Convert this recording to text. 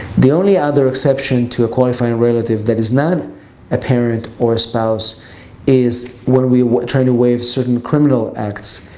the only other exception to a qualifying relative that is not a parent or a spouse is when we're trying to waive certain criminal acts.